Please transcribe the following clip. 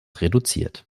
reduziert